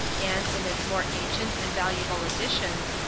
and, in its more ancient and valuable editions,